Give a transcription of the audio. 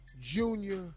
Junior